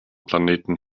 planeten